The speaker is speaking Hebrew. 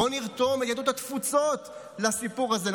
בואו נרתום את יהדות התפוצות לסיפור הזה.